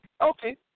Okay